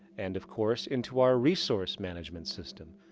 and of course, into our resource management system.